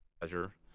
pleasure